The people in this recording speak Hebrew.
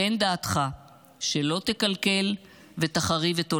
תן דעתך שלא תקלקל ותחריב את עולמי,